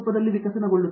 ನಲ್ಲಿ ವಿಕಸನಗೊಂಡಿತು